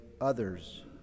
others